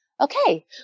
okay